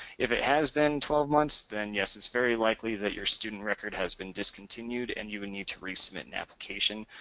if it has been twelve months, then yes it's very likely that your student record has been discontinued and you need to resubmit an application.